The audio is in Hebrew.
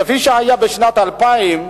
כפי שהיה בשנת 2000,